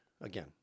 Again